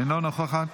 אינה נוכחת,